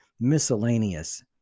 miscellaneous